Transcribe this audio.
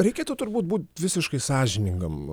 reikėtų turbūt būt visiškai sąžiningam